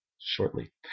shortly